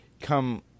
Come